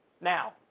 Now